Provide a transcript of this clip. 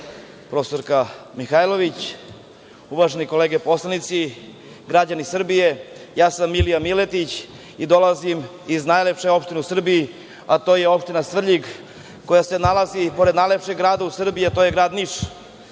prof. Mihajlović, uvažene kolege poslanici, građani Srbije, ja sam Milija Miletić i dolazim iz najlepše opštine u Srbiji, a to je Opština Svrljig, koja se nalazi pored najlepšeg grada u Srbiji, a to je grad Niš. Sada